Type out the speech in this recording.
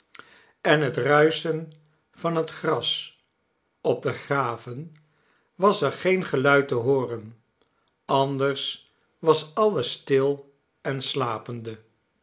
en het ruischen van het gras op de graven was er geen geluid te hooren anders was alles stil en slapende